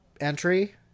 entry